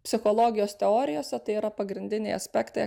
psichologijos teorijose tai yra pagrindiniai aspektai